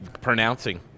pronouncing